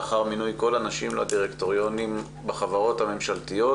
לאחר מינוי כל הנשים לדירקטוריונים בחברות הממשלות,